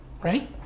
right